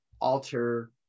alter